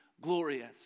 glorious